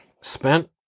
spent